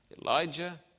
Elijah